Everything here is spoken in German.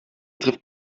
trifft